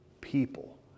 people